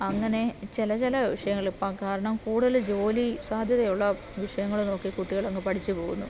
അങ്ങനെ ചില ചില വിഷയങ്ങളിൽ ഇപ്പോൾ കാരണം കൂടുതല് ജോലി സാധ്യത ഉള്ള വിഷയങ്ങള് നോക്കി കുട്ടികൾ അങ്ങ് പഠിച്ചു പോകുന്നു